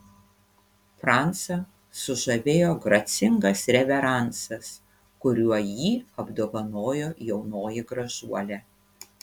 francą sužavėjo gracingas reveransas kuriuo jį apdovanojo jaunoji gražuolė